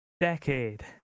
decade